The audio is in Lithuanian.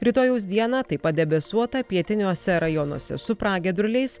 rytojaus dieną taip pat debesuota pietiniuose rajonuose su pragiedruliais